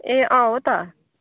ए अँ हो त